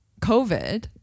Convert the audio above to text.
COVID